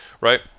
Right